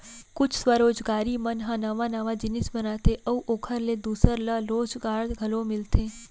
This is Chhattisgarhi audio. कुछ स्वरोजगारी मन ह नवा नवा जिनिस बनाथे अउ ओखर ले दूसर ल रोजगार घलो मिलथे